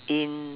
in